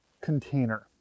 container